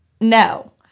No